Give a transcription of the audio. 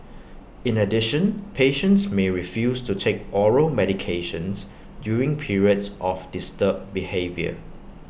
in addition patients may refuse to take oral medications during periods of disturbed behaviour